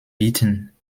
bitten